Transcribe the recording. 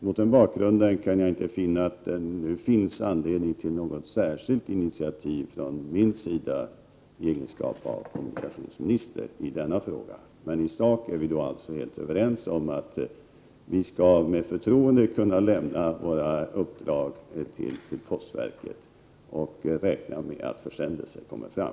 Mot den bakgrunden anser jag inte att det nu finns anledning för mig att i min egenskap av kommunikationsminister ta något särskilt initiativ i denna fråga. I sak är vi således helt överens om att vi med förtroende skall kunna lämna våra uppdrag till postverket och räkna med att försändelserna kommer fram.